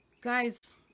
Guys